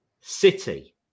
City